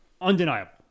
Undeniable